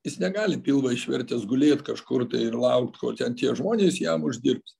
jis negali pilvą išvertęs gulėt kažkur ir laukt kol ten tie žmonės jam uždirbs